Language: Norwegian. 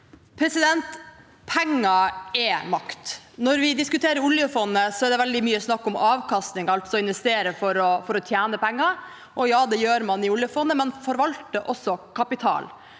Penger er makt. Når vi diskuterer oljefondet, er det veldig mye snakk om avkastning, altså om å investere for å tjene penger – og ja, det gjør man i oljefondet, men man forvalter også kapital.